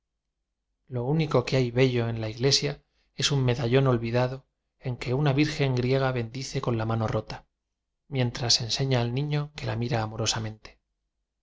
lo único que hay bello en la iglesia es un medallón olvidado en que una virgen grie ga bendice con la mano rota mientras en seña al niño que la mira amorosamente